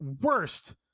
worst